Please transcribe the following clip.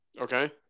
Okay